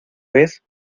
vez